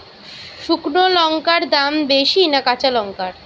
শুক্নো লঙ্কার দাম বেশি না কাঁচা লঙ্কার?